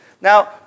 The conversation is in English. Now